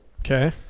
Okay